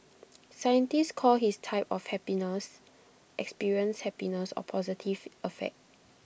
scientists call his type of happiness experienced happiness or positive affect